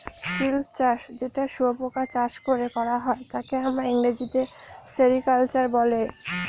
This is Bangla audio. সিল্ক চাষ যেটা শুয়োপোকা চাষ করে করা হয় তাকে আমরা ইংরেজিতে সেরিকালচার বলে